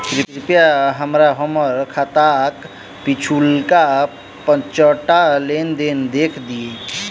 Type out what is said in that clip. कृपया हमरा हम्मर खाताक पिछुलका पाँचटा लेन देन देखा दियऽ